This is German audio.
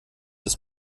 bis